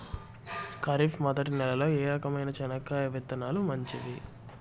ఖరీఫ్ మొదటి నెల లో ఏ రకమైన చెనక్కాయ విత్తనాలు మంచివి